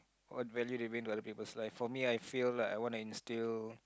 what value do you bring to other peoples' life for me I feel like I want to instill